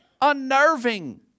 unnerving